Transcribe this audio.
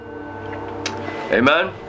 Amen